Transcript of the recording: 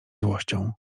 złością